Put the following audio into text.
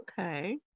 Okay